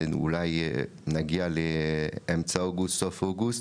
אולי נגיע לאמצע אוגוסט-סוף אוגוסט,